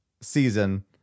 season